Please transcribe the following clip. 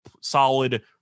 solid